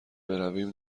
برویم